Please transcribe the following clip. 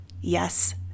Yes